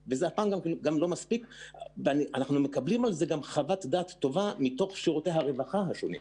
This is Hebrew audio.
אנחנו מקבלים על זה חוות דעת טובה מתוך שירותי הרווחה השונים.